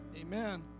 Amen